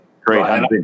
great